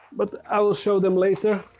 but i'll show them later.